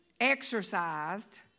exercised